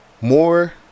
more